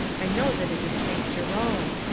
i know that it is st. jerome.